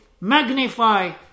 magnify